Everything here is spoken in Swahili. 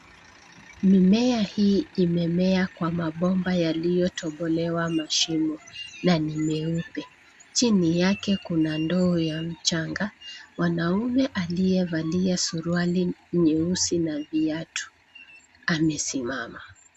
Mimea hii imemea kwa mabomba yaliyotobolewa mashimo na ni meupe. Chini yake kuna ndoo ya mchanga. Mwanaume aliyevalia suruali nyeusi na viatu amesimama.